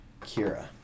Kira